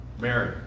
Mary